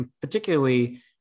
particularly